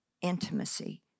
intimacy